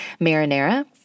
marinara